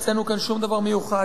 שום דבר מיוחד.